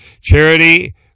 Charity